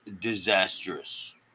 Disastrous